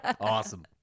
awesome